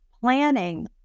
planning